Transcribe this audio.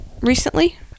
recently